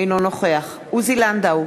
אינו נוכח עוזי לנדאו,